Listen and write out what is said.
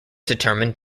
determined